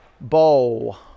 Bow